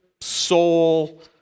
soul